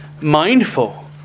mindful